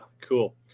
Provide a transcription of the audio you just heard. cool